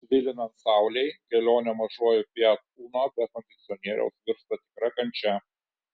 svilinant saulei kelionė mažuoju fiat uno be kondicionieriaus virsta tikra kančia